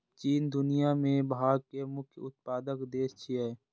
चीन दुनिया मे भांग के मुख्य उत्पादक देश छियै